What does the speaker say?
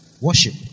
worship